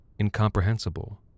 incomprehensible